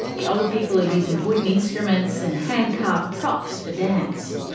the old people are using wooden instruments and hand-carved props for dance.